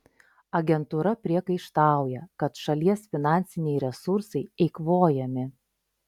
agentūra priekaištauja kad šalies finansiniai resursai eikvojami